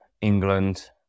England